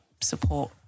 support